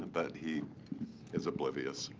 but he is oblivious.